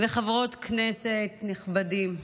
וחברות כנסת נכבדים,